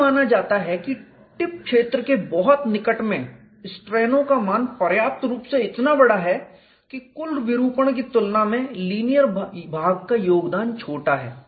यह माना जाता है कि टिप क्षेत्र के बहुत निकट में स्ट्रेनों का मान पर्याप्त रूप से इतना बड़ा है कि कुल विरूपण की तुलना में लीनियर भाग का योगदान छोटा है